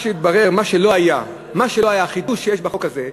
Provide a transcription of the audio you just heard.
מה שהתברר, מה שלא היה, החידוש שיש בחוק הזה,